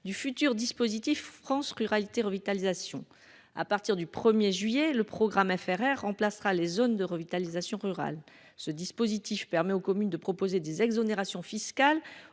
du futur dispositif France Ruralités Revitalisation (FRR). À partir du 1 juillet, le programme FRR remplacera les zones de revitalisation rurale (ZRR). Il permet aux communes de proposer des exonérations fiscales